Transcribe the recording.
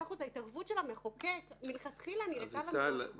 ההתערבות של המחוקק ב-25% מלכתחילה נראתה לנו לא נכונה.